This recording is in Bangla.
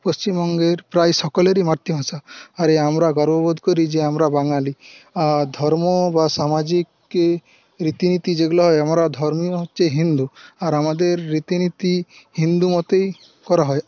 পশ্চিমবঙ্গের প্রায় সকলেরই মাতৃভাষা আর এ আমরা গর্ববোধ করি যে আমরা বাঙালি আর ধর্ম বা সামাজিক ই রীতিনীতি যেগুলো হয় আমরা ধর্মীয় হচ্ছে হিন্দু আর আমাদের রীতিনীতি হিন্দু মতেই করা হয়